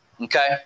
Okay